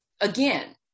again